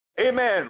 Amen